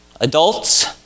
adults